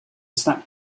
snack